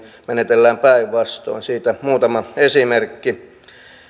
menetellään päinvastoin siitä muutama esimerkki